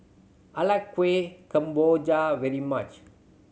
I like Kuih Kemboja very much